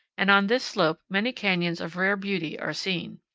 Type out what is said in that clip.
and on this slope many canyons of rare beauty are seen.